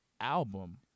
album